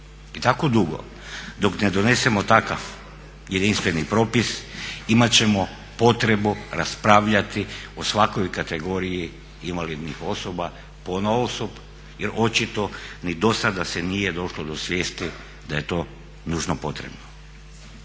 I tako dugo dok ne donesemo takav jedinstveni propis imat ćemo potrebu raspravljati o svakoj kategoriji invalidnih osoba ponaosob jer očito ni dosada nije došlo do svijesti da je to nužno potrebno.